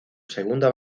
segunda